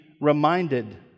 reminded